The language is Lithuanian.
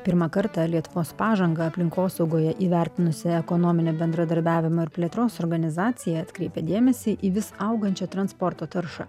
pirmą kartą lietuvos pažangą aplinkosaugoje įvertinusi ekonominio bendradarbiavimo ir plėtros organizacija atkreipė dėmesį į vis augančią transporto taršą